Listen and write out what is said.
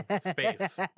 space